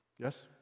Yes